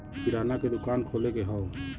किराना के दुकान खोले के हौ